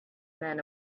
men